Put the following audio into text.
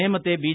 നേമത്തെ B